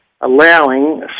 allowing